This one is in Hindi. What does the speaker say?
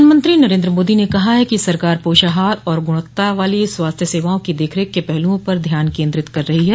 प्रधानमंत्री नरेन्द्र मोदी ने कहा है कि सरकार पोषाहार और गुणवत्ता वाली स्वास्थ्य सेवाओं की देखरेख के पहलूओं पर ध्यान केंद्रित कर रही है